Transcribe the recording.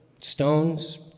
stones